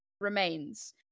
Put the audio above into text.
remains